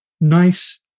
nice